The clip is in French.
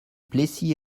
plessis